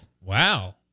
Wow